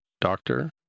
Doctor